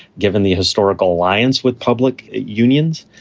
given the historical alliance with public unions.